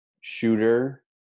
shooter